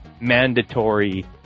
mandatory